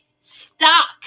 stock